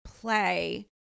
play